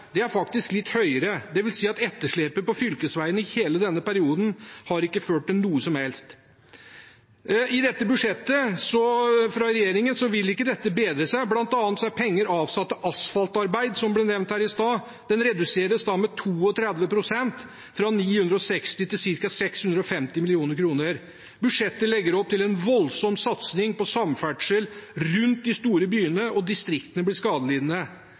Det er faktisk litt høyere. Det vil si at etterslepet på fylkesveiene i hele denne perioden ikke har ført til noe som helst. I budsjettet fra regjeringen vil ikke dette bedre seg. Blant annet er penger avsatt til asfaltarbeid, som nevnt her i sted, redusert med 32 pst., fra 960 mill. kr til ca. 650 mill. kr. Budsjettet legger opp til en voldsom satsing på samferdsel rundt de store byene, og distriktene blir skadelidende.